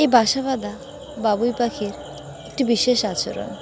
এই বাসা বাঁধা বাবুই পাখির একটি বিশেষ আচরণ